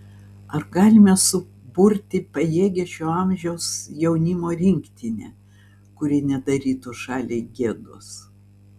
ar galime suburti pajėgią šio amžiaus jaunimo rinktinę kuri nedarytų šaliai gėdos